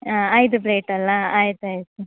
ಹಾಂ ಐದು ಪ್ಲೇಟಲ್ಲಾ ಆಯಿತಾಯ್ತು